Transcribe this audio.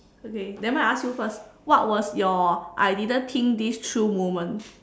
okay nevermind I ask you first what was your I didn't think this through moment